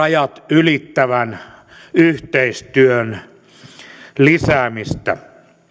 ylittävän yhteistyön lisäämistä